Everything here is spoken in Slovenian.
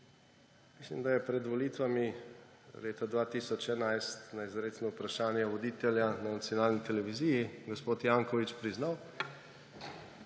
Mislim, da je pred volitvami leta 2011 na izrecno vprašanje voditelja na nacionalni televiziji gospod Janković priznal,